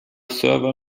server